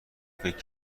فکر